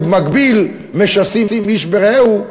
ובמקביל משסים איש ברעהו,